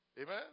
Amen